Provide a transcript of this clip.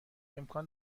امکان